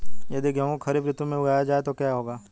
यदि गेहूँ को खरीफ ऋतु में उगाया जाए तो क्या होगा?